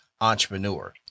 entrepreneur